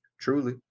Truly